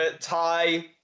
tie